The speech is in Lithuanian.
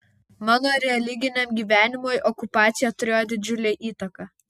mano religiniam gyvenimui okupacija turėjo didžiulę įtaką